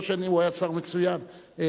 הוא היה שר מצוין,